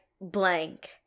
blank